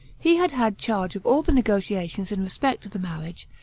he had had charge of all the negotiations in respect to the marriage,